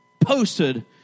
posted